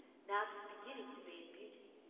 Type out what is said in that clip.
now just beginning to be in beauty,